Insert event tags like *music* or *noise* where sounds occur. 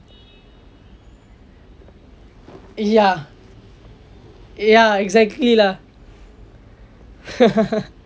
ya ya exactly lah *laughs*